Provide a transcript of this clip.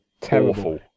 terrible